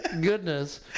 Goodness